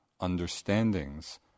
understandings